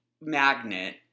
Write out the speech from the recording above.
magnet